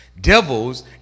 devils